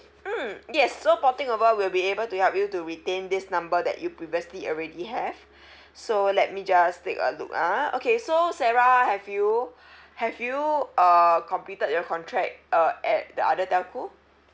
mm yes so porting over we'll be able to help you to retain this number that you previously already have so let me just take a look ah okay so sarah have you have you uh completed your contract uh at the other telco